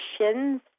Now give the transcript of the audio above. shins